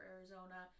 Arizona